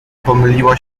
pomyliła